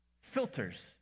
Filters